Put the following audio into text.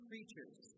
creatures